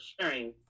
sharing